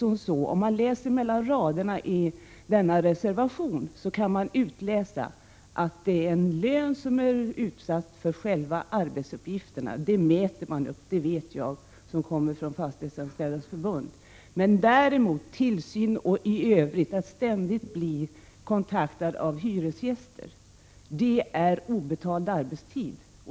Om man läser mellan raderna i reservationen kan man utläsa att fastighetsskötaren ges en lön för själva arbetsuppgifterna — jag vet hur den beräknas, eftersom jag kommer från Fastighetsanställdas förbund — medan tillsyn och den ständiga beredskapen att ta emot hyresgäster räknas som obetald arbetstid.